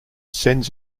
sends